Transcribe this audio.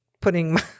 putting